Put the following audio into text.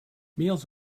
meals